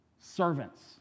servants